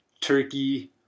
Turkey